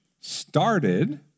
started